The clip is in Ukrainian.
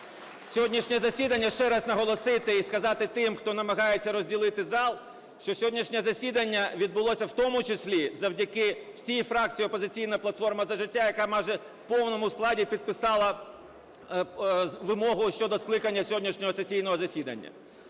сьогоднішнє засідання, ще раз наголосити і сказати тим, хто намагається розділити зал, що сьогоднішнє засідання відбулося в тому числі завдяки всій фракції "Опозиційна платформа - За життя", яка майже в повному складі підписала вимогу щодо скликання сьогоднішнього сесійного засідання.